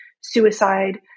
suicide